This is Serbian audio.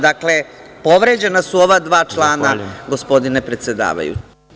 Dakle, povređena su ova dva člana, gospodine predsedavajući.